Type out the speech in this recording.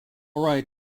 right